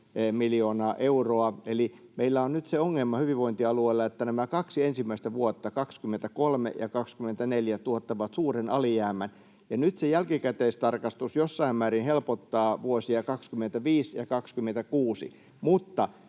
Eli meillä on nyt se ongelma hyvinvointialueilla, että nämä kaksi ensimmäistä vuotta, 23 ja 24, tuottavat suuren alijäämän. Nyt se jälkikäteistarkastus jossain määrin helpottaa vuosia 25 ja 26, ja